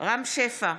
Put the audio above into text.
רם שפע,